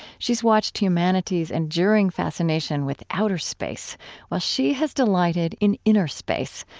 she's watched humanity's enduring fascination with outer space while she has delighted in inner space,